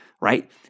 right